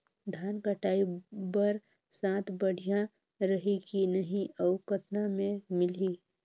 धान कटाई बर साथ बढ़िया रही की नहीं अउ कतना मे मिलही?